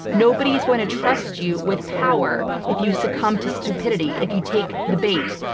nobody is going to trust you with power if you succumb to stupidity, if you take the bait.